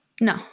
No